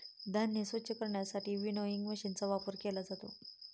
धान्य स्वच्छ करण्यासाठी विनोइंग मशीनचा वापर केला जातो